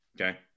Okay